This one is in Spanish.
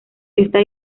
esta